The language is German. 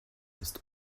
ist